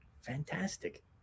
fantastic